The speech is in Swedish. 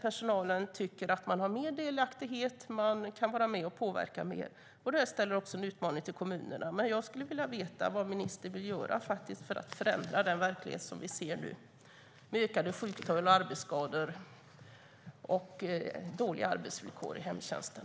Personalen tycker att de har mer delaktighet och kan påverka mer. Jag skulle vilja veta vad ministern vill göra för att förändra den verklighet vi nu ser, med ökade sjuktal och arbetsskador och dåliga arbetsvillkor i hemtjänsten.